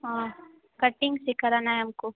हाँ कटिंग से करना है हम को